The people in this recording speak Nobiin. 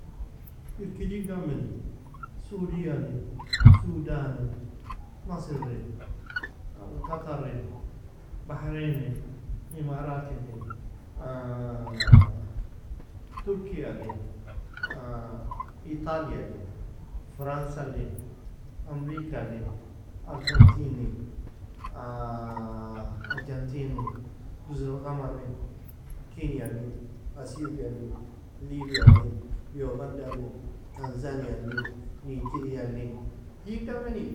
Irki digda meni sudailin, sudanin, maserin, qatarin, baharainin, imaratilin, turkialin, italialin, fransalin, amrikalin, arjantinin, jozur algamarin, kenialin, athiopialin, libialin, yoghandalin, tenzanialin, nigirialin, digda meni.